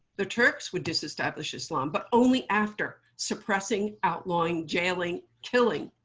the turks would dis-establish islam. but only after suppressing, outlawing, jailing, killing